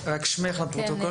שמך לפרוטוקול?